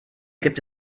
gibt